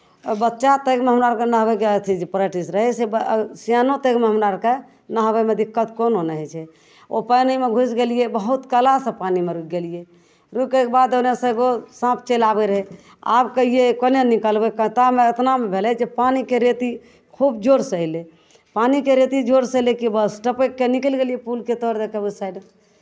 आ बच्चा तऽ एहिठमा हमरा सभके नहबयके अथी जे प्रैक्टिस रहै छै बा सियानो तकमे हमरा आरकेँ नहबयमे दिक्कत कोनो नहि होइ छै ओ पानिमे घुसि गेलियै बहुत कलासँ पानिमे रुकि गेलियै रुकयके बाद ओन्नऽसँ एगो साँप चलि आबैत रहै आब कहियै कोनए निकलबै पर तामे एतना ने भेलै जे पानिके रेती खूब जोरसँ अयलै पानिके रेती जोरसँ अयलै कि बस टपकि कऽ निकलि गेलियै पुलके तर दऽ कऽ ओहि साइड